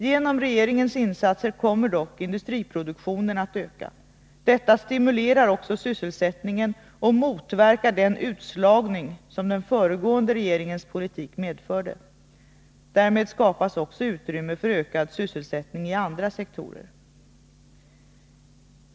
Genom regeringens insatser kommer dock industriproduktionen att öka. Detta stimulerar också sysselsättningen och motverkar den utslagning som den föregående regeringens politik medförde. Därmed skapas också utrymme för ökad sysselsättning i andra sektorer.